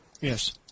Yes